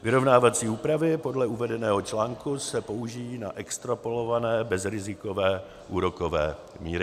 Vyrovnávací úpravy podle uvedeného článku se použijí na extrapolované bezrizikové úrokové míry.